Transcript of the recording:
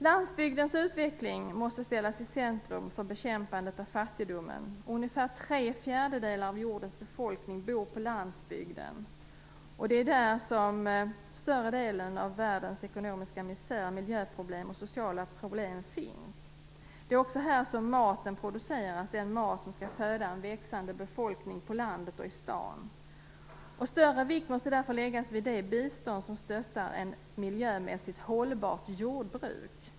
Landsbygdens utveckling måste ställas i centrum för bekämpandet av fattigdomen. Ungefär tre fjärdedelar av jordens befolkning bor på landsbygden. Det är där som större delen av världens ekonomiska misär, miljöproblem och sociala problem finns. Det är också här som maten produceras, den mat som skall föda en växande befolkning på landet och i staden. Större vikt måste därför läggas vid det bistånd som stöttar ett miljömässigt hållbart jordbruk.